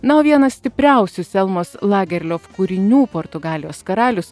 na o vienas stipriausių selmos lagerliof kūrinių portugalijos karalius